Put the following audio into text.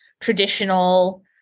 traditional